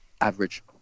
average